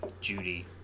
judy